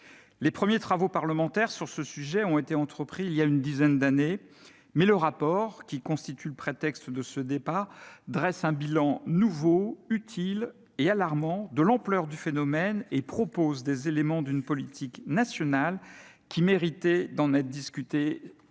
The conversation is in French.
Les premiers travaux parlementaires sur ce sujet ont été entrepris il y a une dizaine d'années, mais le rapport qui sert de prétexte à ce débat dresse un bilan nouveau, utile et alarmant de l'étendue du phénomène, et prévoit le cadre d'une politique nationale qui mérite d'être discuté dans cet